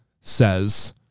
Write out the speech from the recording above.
says